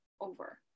over